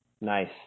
Nice